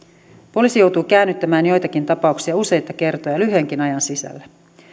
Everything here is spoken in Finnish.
poliisi joutuu käännyttämään joitakin tapauksia useita kertoja lyhyenkin ajan sisällä